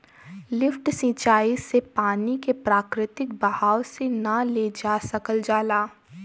lift सिंचाई से पानी के प्राकृतिक बहाव से ना ले जा सकल जाला